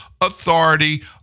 authority